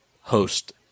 host